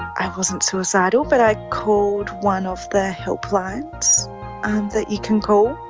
i wasn't suicidal but i called one of the helplines that you can call,